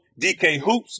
DKHOOPS